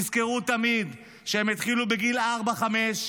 תזכרו תמיד שהם התחיל בגיל ארבע-חמש,